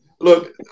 look